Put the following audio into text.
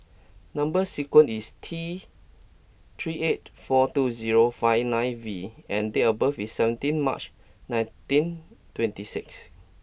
number sequence is T three eight four two zero five nine V and date of birth is seventeen March nineteen twenty six